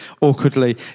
awkwardly